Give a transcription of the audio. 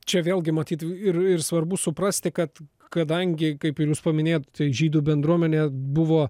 čia vėlgi matyt ir ir svarbu suprasti kad kadangi kaip ir jūs paminėjot žydų bendruomenė buvo